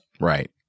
Right